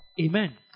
Amen